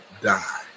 die